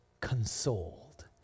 consoled